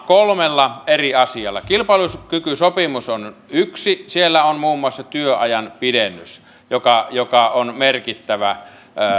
kolmella eri asialla kilpailukykysopimus on yksi siellä on muun muassa työajan pidennys joka joka on merkittävä